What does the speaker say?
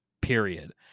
Period